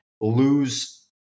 lose